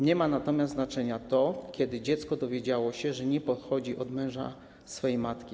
Natomiast nie ma znaczenia to, kiedy dziecko dowiedziało się, że nie pochodzi od męża swej matki.